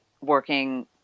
working